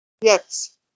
Yes